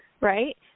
right